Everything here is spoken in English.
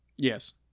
Yes